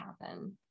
happen